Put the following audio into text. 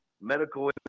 medical